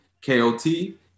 K-O-T